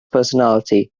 personality